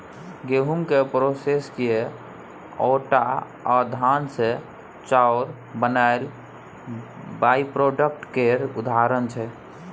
गहुँम केँ प्रोसेस कए आँटा आ धान सँ चाउर बनाएब बाइप्रोडक्ट केर उदाहरण छै